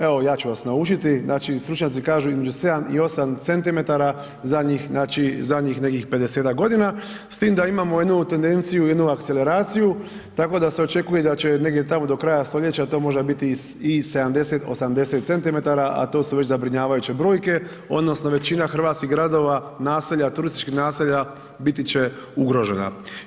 Evo ja ću vas naučiti, znači stručnjaci kažu između 7 i 8 cm zadnjih nekih 50-ak godina s tim da imamo jednu tendenciju, jednu akceleraciju tako da se očekuje i da će negdje do kraja stoljeća to možda biti i 70, 80 cm a to su već zabrinjavajuće brojke odnosno većina hrvatskih gradova, naselja, turističkih naselja biti će ugrožena.